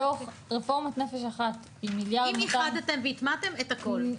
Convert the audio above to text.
מתוך רפורמת "נפש אחת" עם 1.2 מיליארד --- אם איחדתם והטמעתם את הכול,